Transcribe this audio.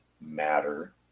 matter